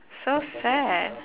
so sad